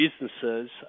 Businesses